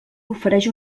ofereix